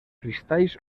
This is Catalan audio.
cristalls